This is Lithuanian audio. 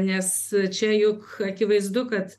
nes čia juk akivaizdu kad